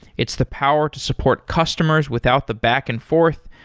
it's the power to support customers without the back and forth,